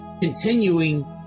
continuing